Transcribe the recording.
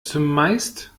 zumeist